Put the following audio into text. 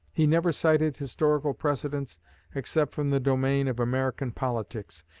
he never cited historical precedents except from the domain of american politics.